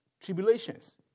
tribulations